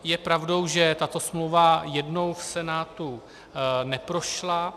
Je pravdou, že tato smlouva jednou v Senátu neprošla.